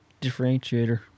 differentiator